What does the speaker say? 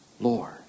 Lord